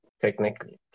technically